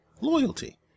loyalty